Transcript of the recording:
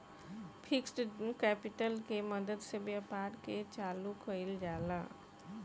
fixed capital के मदद से व्यापार के चालू कईल जाला